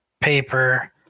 paper